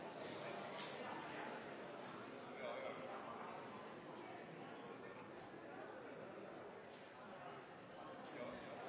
budsjett. Vi har